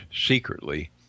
secretly